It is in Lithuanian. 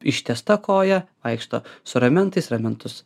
ištiesta koja vaikšto su ramentais ramentus